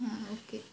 हां ओके